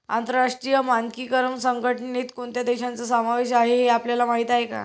आंतरराष्ट्रीय मानकीकरण संघटनेत कोणत्या देशांचा समावेश आहे हे आपल्याला माहीत आहे का?